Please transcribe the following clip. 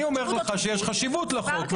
אני אומר לך שיש חשיבות לחוק,